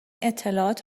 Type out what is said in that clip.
اطلاعات